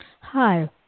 Hi